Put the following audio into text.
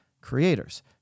creators